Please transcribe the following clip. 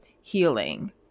healing